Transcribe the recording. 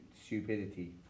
stupidity